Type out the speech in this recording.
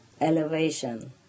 elevation